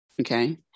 Okay